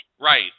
Right